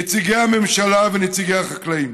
נציגי הממשלה ונציגי החקלאים.